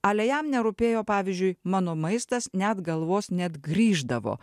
ale jam nerūpėjo pavyzdžiui mano maistas net galvos net grįždavo